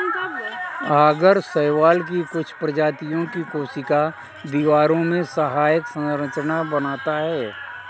आगर शैवाल की कुछ प्रजातियों की कोशिका दीवारों में सहायक संरचना बनाता है